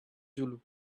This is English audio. zulu